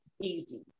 easy